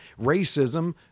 Racism